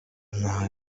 nta